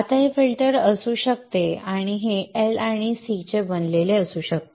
आता हे फिल्टर असू शकते आणि हे L आणि C चे बनलेले असू शकते